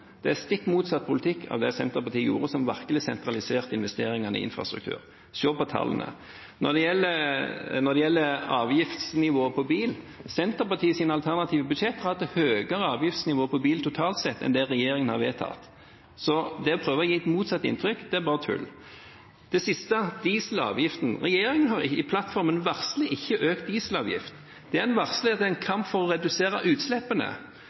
Det er stikk motsatt politikk av det Senterpartiet førte, som virkelig sentraliserte investeringene i infrastruktur – se på tallene. Når det gjelder avgiftsnivået på bil, har Senterpartiets alternative budsjetter hatt høyere avgiftsnivå på bil totalt sett enn det regjeringen har vedtatt. Så det å prøve å gi et motsatt inntrykk er bare tull. Det siste, dieselavgiften: Regjeringen varsler ikke økt dieselavgift i plattformen. Det en varsler, er en kamp for å redusere utslippene.